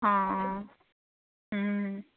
অঁ অঁ